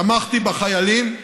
תמכתי בחיילים,